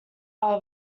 are